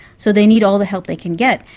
so they need all the help they can get,